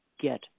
get